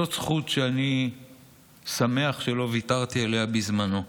זאת זכות שאני שמח שלא ויתרתי עליה בזמנו,